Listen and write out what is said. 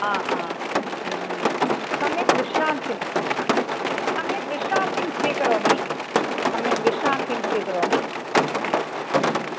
हा हा सम्यक् विश्रान्तिं हा सम्यक् विश्रान्तिं स्वीकरोमि सम्यक् विश्रान्तिं स्वीकरोमि